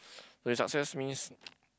okay success means